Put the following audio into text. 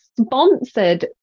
sponsored